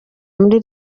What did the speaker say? muri